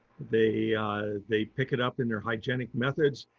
they they pick it up in their hygienic methods,